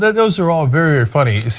those are all very funny.